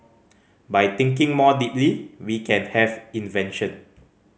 by thinking more deeply we can have invention